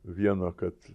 vieno kad